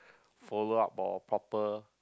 follow up or proper